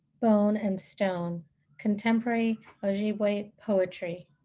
bone, and stone contemporary ojibwe poetry.